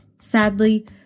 Sadly